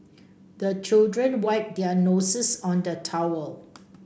the children wipe their noses on the towel